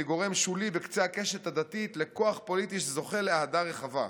מגורם שולי בקצה הקשת הדתית לכוח פוליטי שזוכה לאהדה רחבה.